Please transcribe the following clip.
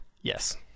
Yes